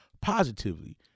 positively